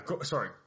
sorry